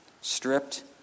stripped